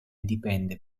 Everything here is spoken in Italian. dipende